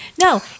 No